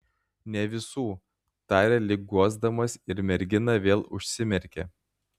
ne visų tarė lyg guosdamas ir mergina vėl užsimerkė